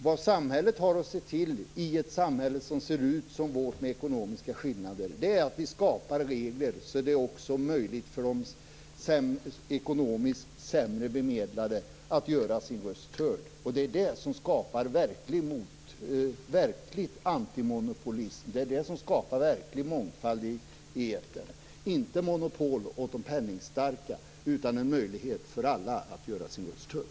Vad samhället har att se till, ett samhälle som ser ut som vårt med ekonomiska skillnader, är att vi skapar regler som gör det möjligt också för de ekonomiskt sämre bemedlade att göra sin röst hörd. Det är detta som skapar verklig antimonopolism och verklig mångfald i etern, inte monopol åt de penningstarka utan en möjlighet för alla att göra sin röst hörd.